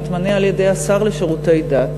מתמנה על-ידי השר לשירותי דת,